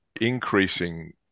increasing